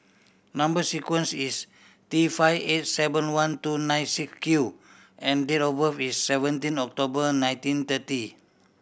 number sequence is T five eight seven one two nine six Q and date of birth is seventeen October nineteen thirty